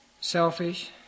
selfish